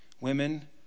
women